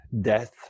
death